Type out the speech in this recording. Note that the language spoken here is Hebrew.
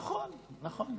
נכון, נכון.